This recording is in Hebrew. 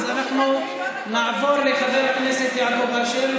אז אנחנו נעבור לחבר הכנסת יעקב אשר,